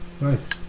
Nice